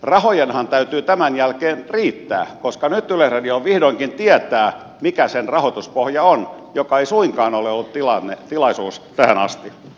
rahojenhan täytyy tämän jälkeen riittää koska nyt yleisradio vihdoinkin tietää mikä sen rahoituspohja on mikä ei suinkaan ole ollut tilanne tähän asti